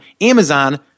Amazon